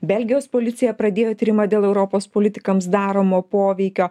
belgijos policija pradėjo tyrimą dėl europos politikams daromo poveikio